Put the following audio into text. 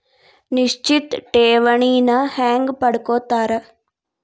ನಿಶ್ಚಿತ್ ಠೇವಣಿನ ಹೆಂಗ ಪಡ್ಕೋತಾರ